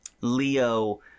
Leo